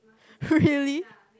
really